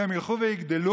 והם ילכו ויגדלו.